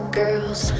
girls